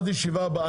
עד הישיבה הבאה,